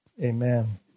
amen